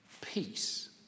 peace